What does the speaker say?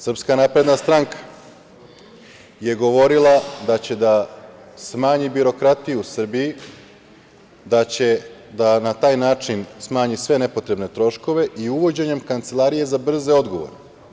Srpska napredna stranka je govorila da će da smanji birokratiju u Srbiji, da će da na taj način smanji sve nepotrebne troškove i uvođenjem kancelarije za brze odgovore.